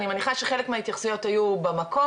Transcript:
אני מניחה שחלק מההתייחסויות היו במקום,